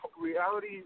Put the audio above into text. Reality